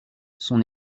son